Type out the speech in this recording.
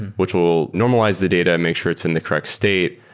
which will normalize the data and make sure it's in the correct state.